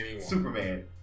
Superman